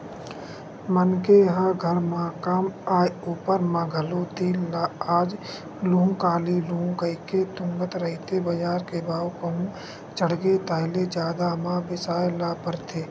मनखे ह घर म काम आय ऊपर म घलो तेल ल आज लुहूँ काली लुहूँ कहिके तुंगत रहिथे बजार के भाव कहूं चढ़गे ताहले जादा म बिसाय ल परथे